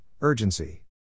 urgency